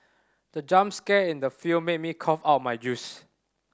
the jump scare in the film made me cough out my juice